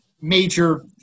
major